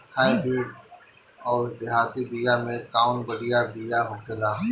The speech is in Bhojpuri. हाइब्रिड अउर देहाती बिया मे कउन बढ़िया बिया होखेला?